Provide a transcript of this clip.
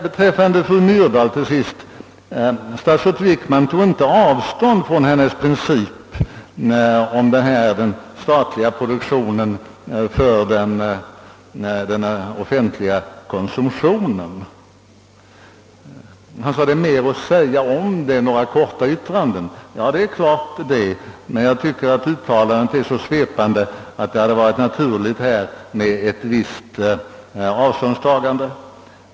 Beträffande fru Myrdal vill jag till sist säga att statsrådet Wickman inte tog avstånd från hennes princip för den statliga produktionen och den offentliga konsumtionen. Han menade att det finns mer att säga om detta än några korta yttranden. Ja, det är riktigt, men jag tycker att hennes uttalande är så svepande att det hade varit naturligt med ett visst avståndstagande.